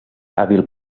hàbil